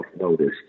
noticed